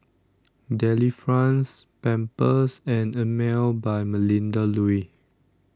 Delifrance Pampers and Emel By Melinda Looi